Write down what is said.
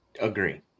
Agree